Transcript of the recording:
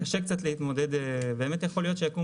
קשה קצת להתמודד ובאמת יכול להיות שיקום